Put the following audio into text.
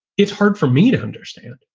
it's hard for me to understand,